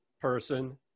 person